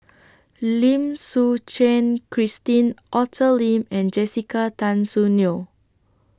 Lim Suchen Christine Arthur Lim and Jessica Tan Soon Neo